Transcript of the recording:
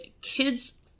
kids